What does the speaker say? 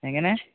എങ്ങനെ